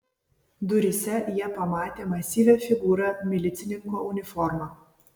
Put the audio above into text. duryse jie pamatė masyvią figūrą milicininko uniforma